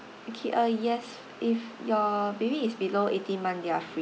okay ah yes if your baby is below eighteen months they're free